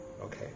Okay